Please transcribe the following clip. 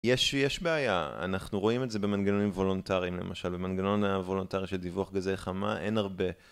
יש, יש בעיה, אנחנו רואים את זה במנגנונים וולונטריים למשל, במנגנון הוולונטרי של דיווח גזי חממה אין הרבה.